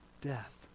death